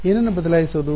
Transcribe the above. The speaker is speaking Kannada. ಎನನ್ನ ಬದಲಾಯಿಸೋದು